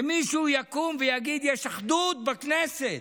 שמישהו יקום ויגיד: יש אחדות בכנסת.